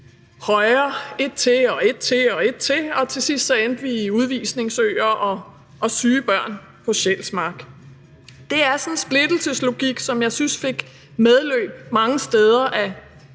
højre – ét til og ét til og ét til – og til sidst endte vi med udvisningsøer og syge børn på Udrejsecenter Sjælsmark. Det er sådan en splittelseslogik, som jeg synes fik medløb mange steder af